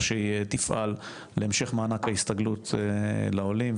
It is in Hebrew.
שהיא תפעל להמשך מענק ההסתגלות לעולים,